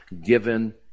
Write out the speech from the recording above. given